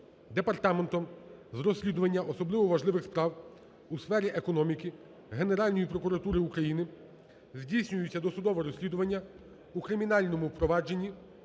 Департаментом з розслідування особливо важливих справ у сфері економіки Генеральної прокуратури України здійснюється досудове розслідування у кримінальному провадженні